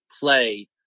play